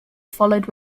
followed